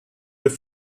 wird